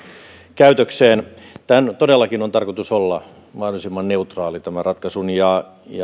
käytökseen tämän ratkaisun on todellakin tarkoitus olla mahdollisimman neutraali ja